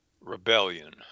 rebellion